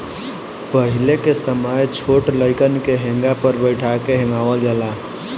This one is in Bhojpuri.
पहिले के समय छोट लइकन के हेंगा पर बइठा के हेंगावल जाला